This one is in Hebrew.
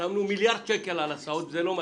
שמנו מיליארד שקל על הסעות וזה לא מספיק,